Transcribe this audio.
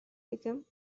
become